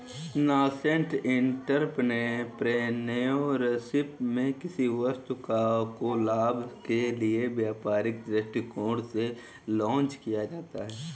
nascent entrepreneurship में किसी वस्तु को लाभ के लिए व्यापारिक दृष्टिकोण से लॉन्च किया जाता है